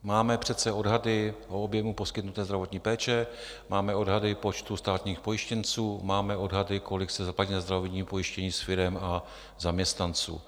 Máme přece odhady o objemu poskytnuté zdravotní péče, máme odhady počtu státních pojištěnců, máme odhady, kolik se zaplatí na zdravotním pojištění z firem a zaměstnanců.